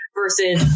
versus